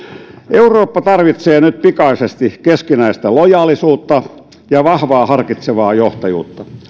eurooppa tarvitsee nyt pikaisesti keskinäistä lojaalisuutta ja vahvaa harkitsevaa johtajuutta